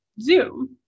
Zoom